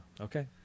Okay